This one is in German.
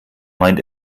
meint